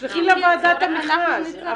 אנחנו נצרף את הצעת המכרז.